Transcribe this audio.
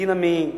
Dynami,